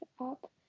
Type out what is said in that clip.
up